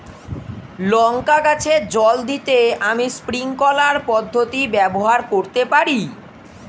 লঙ্কা গাছে জল দিতে আমি স্প্রিংকলার পদ্ধতি ব্যবহার করতে পারি?